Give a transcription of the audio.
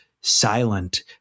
silent